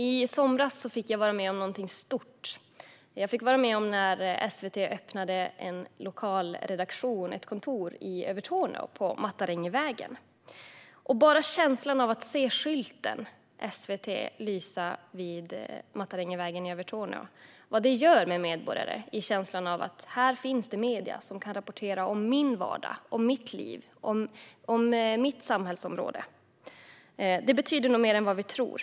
I somras fick jag vara med om något stort: SVT öppnade en ny lokalredaktion, ett kontor, på Matarengivägen i Övertorneå. Bara känslan av att se SVT-skylten lysa där och veta att det här finns medier som kan rapportera om min vardag, mitt liv och mitt samhällsområde betyder nog mer än vad vi tror.